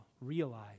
realize